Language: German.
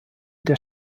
der